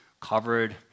covered